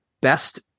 best